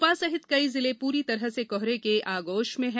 मोपाल सहित कई जिले पूरी तरह से कोहरे के आगोश में है